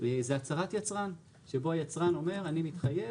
זה הצהרת יצרן שבו היצרן אומר אני מתחייב